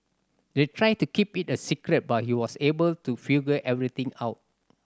they tried to keep it a secret but he was able to figure everything out